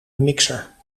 mixer